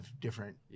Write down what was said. different